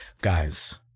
guys